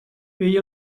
feia